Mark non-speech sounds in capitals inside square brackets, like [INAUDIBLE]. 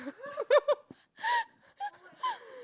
[LAUGHS]